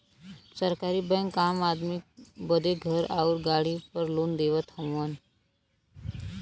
सरकारी बैंक आम आदमी बदे घर आउर गाड़ी पर लोन देवत हउवन